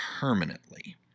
permanently